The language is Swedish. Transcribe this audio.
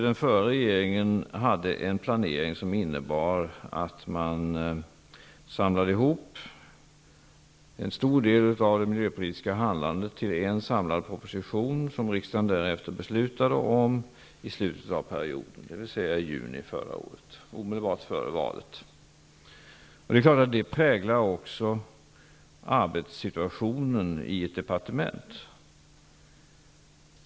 Den förra regeringen hade en planering som innebar att man samlade ihop en stor del av det miljöpolitiska handlandet till en samlad proposition, som riksdagen i slutet av perioden, dvs. i juni förra året omedelbart före valet, därefter beslutade om. Självfallet präglar det förhållandet arbetssituationen i ett departement.